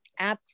apps